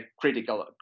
critical